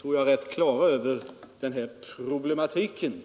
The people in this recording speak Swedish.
tror jag, rätt klara över den här problematiken.